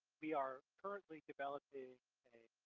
we are currently developing a